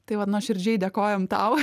tai vat nuoširdžiai dėkojam tau